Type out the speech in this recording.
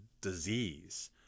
disease